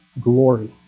glory